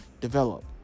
develop